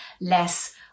less